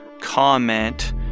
comment